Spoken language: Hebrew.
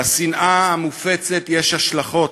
לשנאה המופצת יש השלכות,